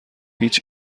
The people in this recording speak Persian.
هیچ